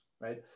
right